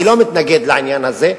אני לא מתנגד לעניין הזה,